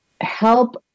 help